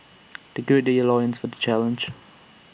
they gird their loins for the challenge